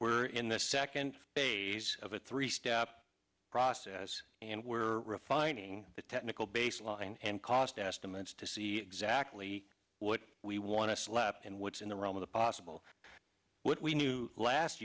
we're in the second phase of a three step process and we're refining the technical baseline and cost estimates to see exactly what we want to slap and what's in the realm of the possible what we knew last